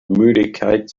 müdigkeit